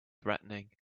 threatening